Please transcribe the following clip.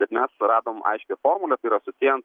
bet mes suradom aiškią formulę kuria susiejom